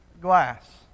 glass